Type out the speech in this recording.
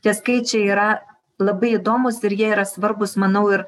tie skaičiai yra labai įdomūs ir jie yra svarbūs manau ir